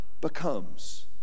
becomes